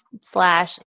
slash